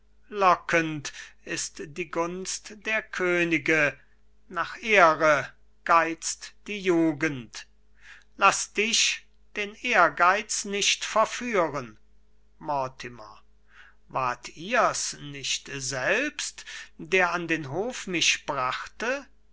lockend ist die gunst der könige nach ehre geizt die jugend laß dich den ehrgeiz nicht verführen mortimer wart ihr's nicht selbst der an den hof mich brachte